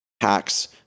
hacks